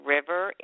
River